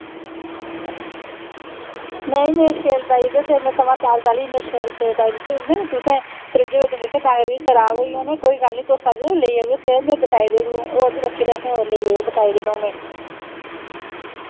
में नेईं मैं शैल पाई दित्ते हे में सगुआं ताली ताली इन्ने शैल सेब पाई दित्ते तुसें तुसें फ्रिजै बिच निं रक्खे तां करियै खराब होई गे होने कोई गल्ल निं तुस आएओ लेई जाएओ सेब में बटाई देई ओड़गा होर बी रक्खे दे असें होर लेई जाएओ बटाई देने में